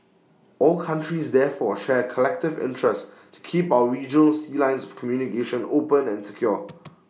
all countries therefore share collective interest to keep our regional sea lines of communication open and secure